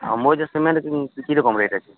Ambuja cement কীরকম rate আছে